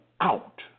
out